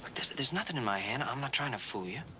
there's-there's nothing in my hand. i'm not trying to fool you.